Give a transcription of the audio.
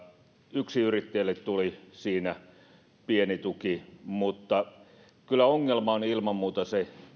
yksinyrittäjille tuli siinä pieni tuki mutta kyllä ongelma on ilman muuta se